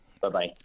Bye-bye